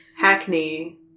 Hackney